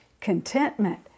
contentment